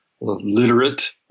literate